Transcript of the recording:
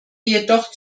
jedoch